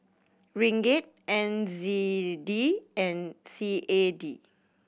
Ringgit N Z D and C A D